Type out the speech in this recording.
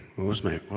was my.